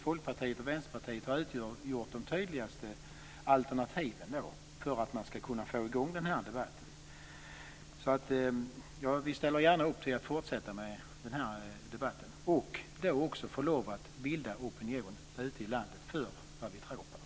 Folkpartiet och Vänsterpartiet har utgjort de tydligaste alternativen för att få i gång debatten. Vi ställer gärna upp med att fortsätta debatten och för att ute i landet bilda opinion för det vi tror på.